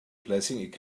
blessing